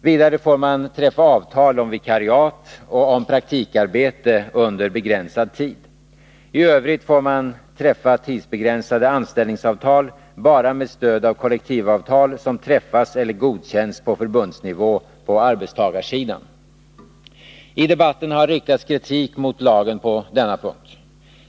Vidare får man träffa avtal om vikariat och om praktikarbete under begränsad tid. I övrigt får man träffa tidsbegränsade anställningsavtal bara med stöd av kollektivavtal som träffas eller godkänns på förbundsnivå på arbetstagarsidan. I debatten har riktats kritik mot lagen på denna punkt.